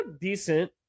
decent